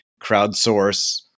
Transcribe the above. crowdsource